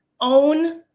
Own